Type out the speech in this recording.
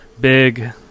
big